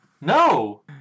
no